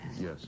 Yes